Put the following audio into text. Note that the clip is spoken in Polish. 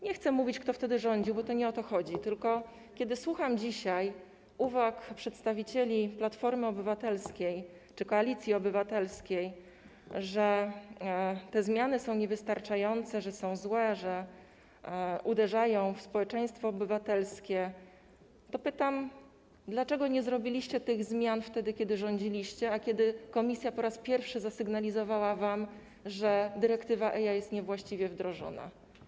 Nie chcę mówić, kto wtedy rządził, bo nie o to chodzi, tylko kiedy słucham dzisiaj uwag przedstawicieli Platformy Obywatelskiej czy Koalicji Obywatelskiej, że zmiany są niewystarczające, że są złe, że uderzają w społeczeństwo obywatelskie, to pytam, dlaczego nie zrobiliście tych zmian wtedy, kiedy rządziliście, a kiedy Komisja po raz pierwszy zasygnalizowała wam, że dyrektywa EIA jest niewłaściwie wdrożona.